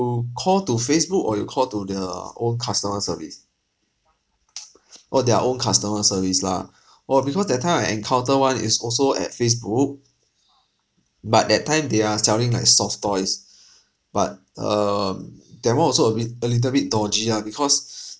call to facebook or you call to their own customer service oh their own customer service lah oh because that time I encounter [one] is also at facebook but that time they are selling like soft toys but um that one also a bit a little bit dodgy ah because